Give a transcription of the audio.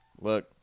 Look